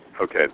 Okay